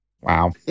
Wow